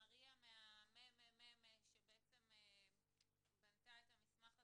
מריה מהממ"מ שבנתה את המסמך הזה,